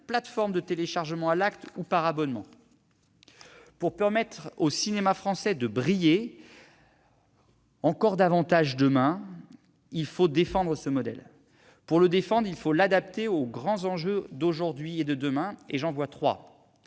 plateformes de téléchargement à l'acte ou par abonnement. Pour permettre au cinéma français de briller demain davantage encore, il faut défendre ce modèle. Pour cela, il faut l'adapter aux grands enjeux d'aujourd'hui et de demain. J'en vois trois.